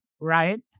right